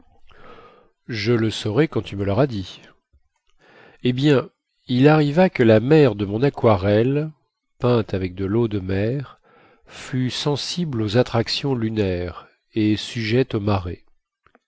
je le saurai quand tu me lauras dit eh bien il arriva que la mer de mon aquarelle peinte avec de leau de mer fut sensible aux attractions lunaires et sujette aux marées